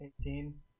Eighteen